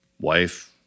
wife